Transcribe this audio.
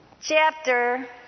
chapter